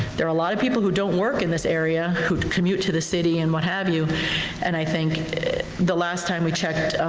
there are a lot of people who don't work in this area who commute to the city and what have you and i think the last time we checked,